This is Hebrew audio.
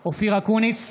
בהצבעה אופיר אקוניס,